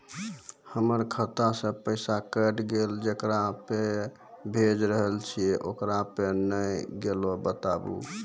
हमर खाता से पैसा कैट गेल जेकरा पे भेज रहल रहियै ओकरा पे नैय गेलै बताबू?